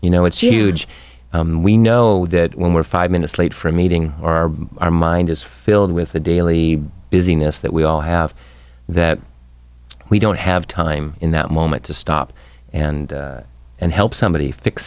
you know it's huge and we know that when we're five minutes late for a meeting or our mind is filled with a daily business that we all have that we don't have time in that moment to stop and and help somebody fix